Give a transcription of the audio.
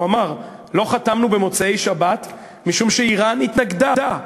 הוא אמר: לא חתמנו במוצאי-שבת משום שאיראן התנגדה,